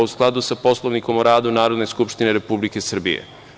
U skladu sa Poslovnikom o radu Narodne skupštine Republike Srbije.